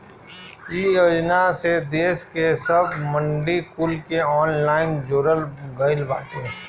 इ योजना से देस के सब मंडी कुल के ऑनलाइन जोड़ल गईल बाटे